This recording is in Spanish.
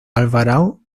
alvarado